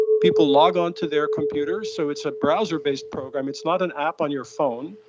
people log on to their computers, so it's a browser-based program, it's not an app on your phone,